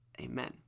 Amen